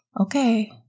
Okay